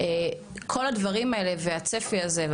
כל הדברים האלה והצפי הזה,